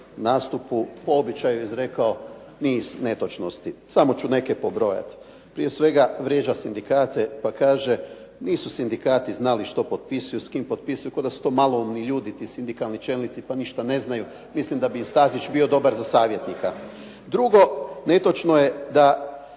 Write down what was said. nastupu po običaju je izrekao niz netočnosti. Samo ću neke pobrojati. Prije svega, vrijeđa sindikate pa kaže nisu sindikati znali što potpisuju, s kim potpisuju. Kao da su to maloumni ljudi ti sindikalni čelnici pa ništa ne znaju. Mislim da bi im Stazić bio dobar za savjetnika. Drugo, netočno je to